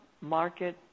market